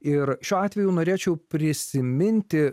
ir šiuo atveju norėčiau prisiminti